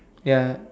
ya